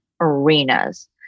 arenas